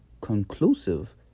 conclusive